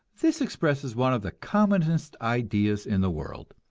this expresses one of the commonest ideas in the world.